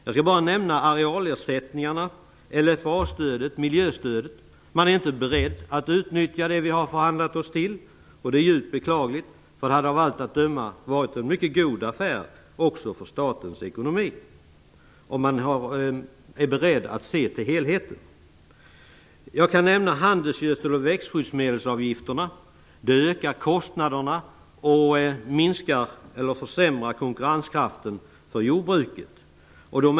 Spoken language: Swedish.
Jag skall bara som exempel nämna arealersättningarna, LFA-stödet och miljöstödet, där regeringen inte är beredd att utnyttja det vi har förhandlat oss till. Det är djupt beklagligt, för det hade av allt att döma varit en mycket god affär också när det gäller statens ekonomi, om man är beredd att se till helheten. Jag kan nämna att handelsgödsel och växtskyddsmedelsavgifterna ökar, vilket försämrar konkurrenskraften för jordbruket.